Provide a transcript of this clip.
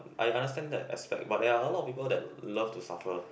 I understand that aspect but there are a lot of people that love to suffer